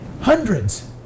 Hundreds